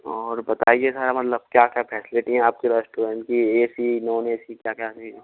और बताइए सर मतलब क्या क्या फैसिलिटी है आपके रेस्टोरेंट की A C non A C क्या क्या है